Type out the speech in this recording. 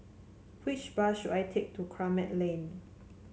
which bus should I take to Kramat Lane